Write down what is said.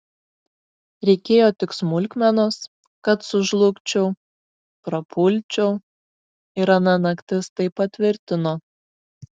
reikėjo tik smulkmenos kad sužlugčiau prapulčiau ir ana naktis tai patvirtino